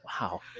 Wow